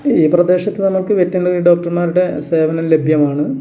ഈ പ്രദേശത്ത് നമുക്ക് വെറ്റിനറി ഡോക്ടർമാരുടെ സേവനം ലഭ്യമാണ്